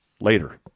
later